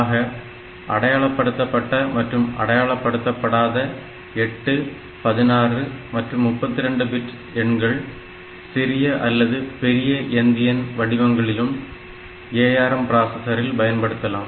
ஆக அடையாளப்படுத்தப்பட்ட மற்றும் அடையாளப்படுத்தப்படாத 8 16 மற்றும் 32 பிட் எண்கள் சிறிய அல்லது பெரிய எந்தியன் வடிவங்களிலும் ARM பிராசஸரில் பயன்படுத்தலாம்